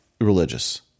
religious